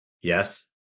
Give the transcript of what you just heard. Yes